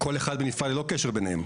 כל אחד בנפרד ללא קשר ביניהם.